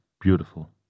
beautiful